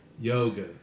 Yoga